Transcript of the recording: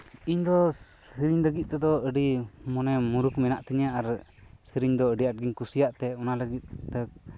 ᱤᱧ ᱫᱚ ᱥᱮᱨᱮᱧ ᱞᱟᱹᱜᱤᱫ ᱛᱮᱫᱚ ᱟᱹᱰᱤ ᱢᱚᱱᱮ ᱢᱩᱨᱩᱠᱷ ᱢᱮᱱᱟᱜ ᱛᱤᱧᱟᱹ ᱟᱨ ᱥᱮᱨᱮᱧ ᱫᱚ ᱟᱹᱰᱤ ᱟᱸᱴ ᱜᱤᱧ ᱠᱩᱥᱤᱭᱟᱜ ᱛᱮ ᱚᱱᱟᱞᱟᱹᱜᱤᱫ ᱛᱮ